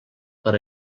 per